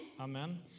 Amen